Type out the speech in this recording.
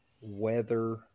weather